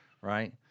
right